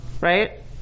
right